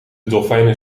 dolfijnen